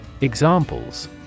Examples